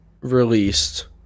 released